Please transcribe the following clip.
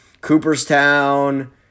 Cooperstown